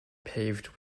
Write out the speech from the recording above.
paved